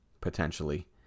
potentially